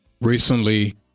recently